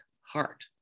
heart